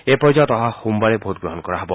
এই পৰ্যায়ত অহা সোমবাৰে ভোটগ্ৰহণ কৰা হ'ব